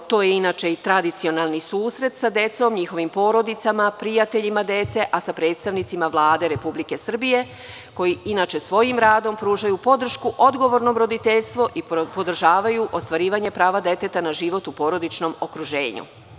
To je inače tradicionalni susret sa decom, njihovim porodicama, prijateljima dece, a sa predstavnicima Vlade Republike Srbije, koji inače svojim radom pružaju podršku odgovornog roditeljstva i podržavaju ostvarivanje prava deteta na život u porodičnom okruženju.